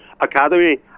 Academy